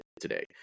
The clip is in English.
today